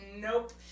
nope